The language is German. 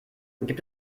gibt